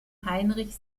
heinrich